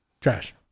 Trash